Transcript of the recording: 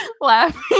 laughing